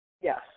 Yes